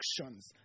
actions